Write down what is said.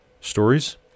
stories